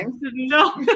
No